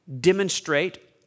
demonstrate